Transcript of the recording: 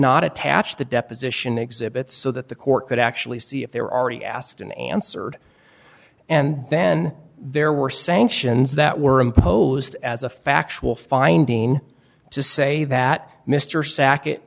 not attach the deposition exhibit so that the court could actually see if there are already asked and answered and then there were sanctions that were imposed as a factual finding to say that mr sacket